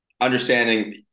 understanding